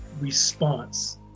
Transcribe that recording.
response